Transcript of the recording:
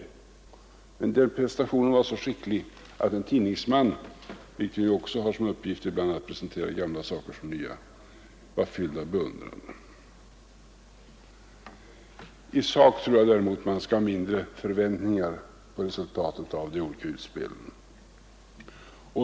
Den prestationen var så skicklig att en tidningsman, som ju också ibland har till uppgift att presentera gamla saker som nya, var fylld av beundran. I sak tror jag dock att man inte skall ha för stora förväntningar på resultatet av de olika utspelen.